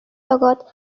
লগত